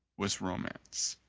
was romance.